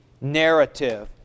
narrative